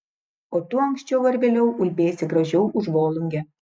o tu anksčiau ar vėliau ulbėsi gražiau už volungę